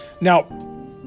Now